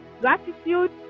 gratitude